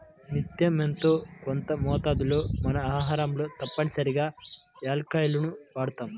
నిత్యం యెంతో కొంత మోతాదులో మన ఆహారంలో తప్పనిసరిగా యాలుక్కాయాలను వాడతాం